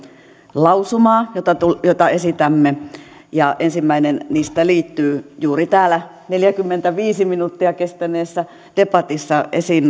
lausumaa joita joita esitämme ensimmäinen niistä liittyy juuri täällä neljäkymmentäviisi minuuttia kestäneessä debatissa esiin